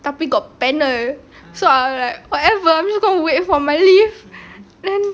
tapi got panel so I'm like whatever I'm just going to wait for my lift then